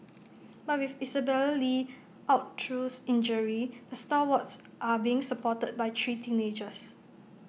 but with Isabelle li out through injury the stalwarts are being supported by three teenagers